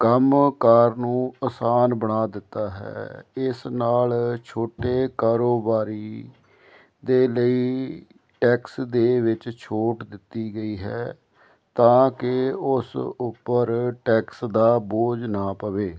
ਕੰਮਕਾਰ ਨੂੰ ਆਸਾਨ ਬਣਾ ਦਿੱਤਾ ਹੈ ਇਸ ਨਾਲ ਛੋਟੇ ਕਾਰੋਬਾਰੀ ਦੇ ਲਈ ਟੈਕਸ ਦੇ ਵਿੱਚ ਛੋਟ ਦਿੱਤੀ ਗਈ ਹੈ ਤਾਂ ਕਿ ਉਸ ਉੱਪਰ ਟੈਕਸ ਦਾ ਬੋਝ ਨਾ ਪਵੇ